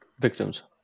Victims